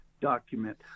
document